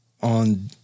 on